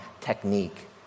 technique